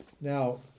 Now